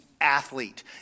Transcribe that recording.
athlete